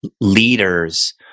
leaders